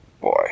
boy